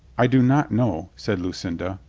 i do not know, said lucinda.